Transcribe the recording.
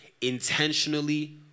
intentionally